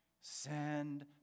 Send